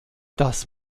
das